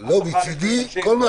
מבקש.